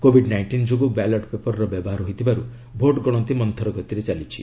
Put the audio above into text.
Covid nineteen ଯୋଗୁଁ ballot paper ର ବ୍ୟବହାର ହୋଇଥିବାରୁ ଭୋଟ ଗଣତି ମନ୍ତୁର ଗତିରେ ଚାଲିଛି